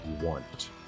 want